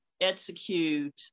execute